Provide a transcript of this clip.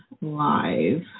Live